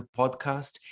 podcast